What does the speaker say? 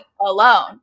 alone